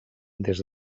des